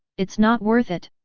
it's not worth it!